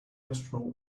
astronaut